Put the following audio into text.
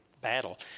battle